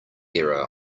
error